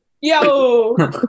yo